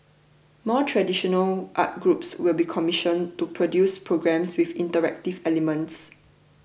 more traditional arts groups will be commissioned to produce programmes with interactive elements